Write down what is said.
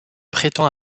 prétend